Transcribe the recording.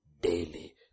daily